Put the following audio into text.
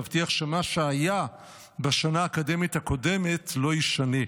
להבטיח שמה שהיה בשנה האקדמית הקודמת לא יישנה.